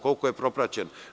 Koliko je propraćen?